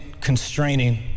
constraining